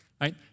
right